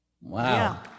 wow